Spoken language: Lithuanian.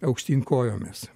aukštyn kojomis